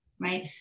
right